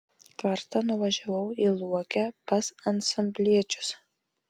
kartą nuvažiavau į luokę pas ansambliečius